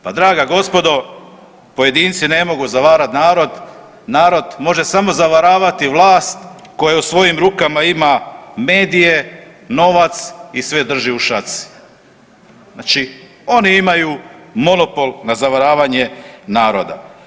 Pa draga gospodo pojedinci ne mogu zavarat narod, narod može samo zavaravati vlast koja u svojim rukama ima medije, novac i sve drži u šaci, znači oni imaju monopol na zavaravanje naroda.